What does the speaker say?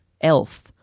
Elf